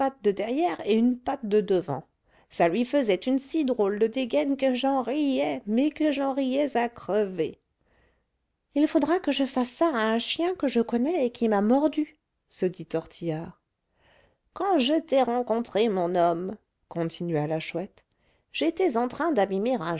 de derrière et une patte de devant ça lui faisait une si drôle de dégaine que j'en riais mais que j'en riais à crever il faudra que je fasse ça à un chien que je connais et qui m'a mordu se dit tortillard quand je t'ai rencontré mon homme continua la chouette j'étais en train d'abîmer